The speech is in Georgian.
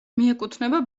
მიეკუთვნება